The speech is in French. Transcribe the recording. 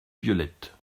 violette